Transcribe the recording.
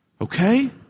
Okay